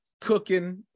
cooking